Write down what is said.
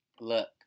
Look